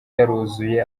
yaruzuye